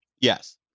Yes